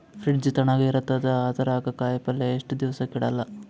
Fridge ತಣಗ ಇರತದ, ಅದರಾಗ ಕಾಯಿಪಲ್ಯ ಎಷ್ಟ ದಿವ್ಸ ಕೆಡಲ್ಲ?